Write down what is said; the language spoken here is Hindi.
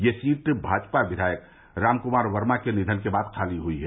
यह सीट भाजपा विधायक राम क्मार वर्मा के निधन के बाद ख़ाली हई है